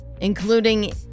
including